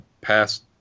past